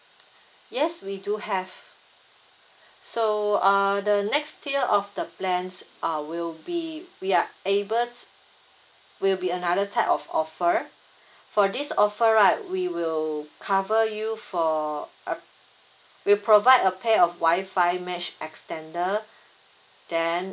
yes we do have so uh the next year of the plans uh will be we are able will be another type of offer for this offer right we will cover you for uh we provide a pair of Wi-Fi mesh extender then